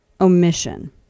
omission